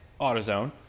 AutoZone